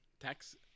Tax